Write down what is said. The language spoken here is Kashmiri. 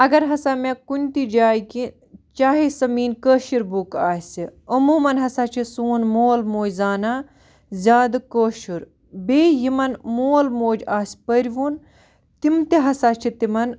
اگر ہسا مےٚ کُنہِ تہِ جایہِ کیٚنہہ چاہے سۄ میٛٲنۍ کٲشِر بُک آسہِ عموٗماً ہسا چھِ سون مول موج زانان زیادٕ کٲشُر بیٚیہِ یِمَن مول موج آسہِ پٔرۍ وُن تِم تہِ ہسا چھِ تِمَن